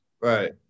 Right